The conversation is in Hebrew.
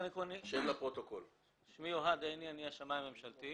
אני השמאי הממשלתי.